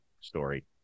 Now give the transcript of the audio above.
story